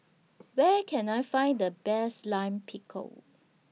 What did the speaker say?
Where Can I Find The Best Lime Pickle